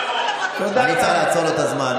אני צריך לעצור לו את הזמן.